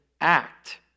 act